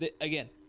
again